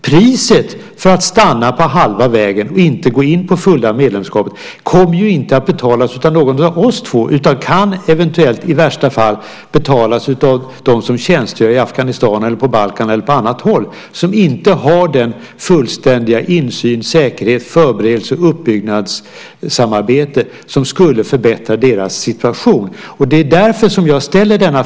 Priset för att stanna på halva vägen och inte gå in på det fulla medlemskapet kommer dock inte att betalas av oss två utan kan eventuellt, i värsta fall, komma att betalas av dem som tjänstgör i Afghanistan eller på Balkan eller på annat håll, av dem som inte har den fullständiga insynen, säkerheten, förberedelsen och det uppbyggnadssamarbete som skulle förbättra deras situation. Det är därför jag ställer frågan.